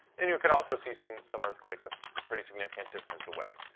and you can also see some some earthquakes a pretty significant distance away.